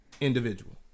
Individual